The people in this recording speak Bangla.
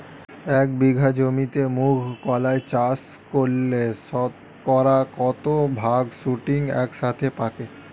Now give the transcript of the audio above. এক বিঘা জমিতে মুঘ কলাই চাষ করলে শতকরা কত ভাগ শুটিং একসাথে পাকে?